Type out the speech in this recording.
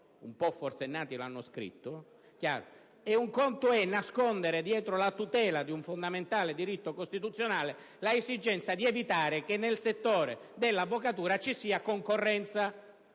un po' forsennati - lo hanno elaborato, nascondendo, dietro la tutela di un fondamentale diritto costituzionale, l'esigenza di evitare che nel settore dell'avvocatura ci sia concorrenza.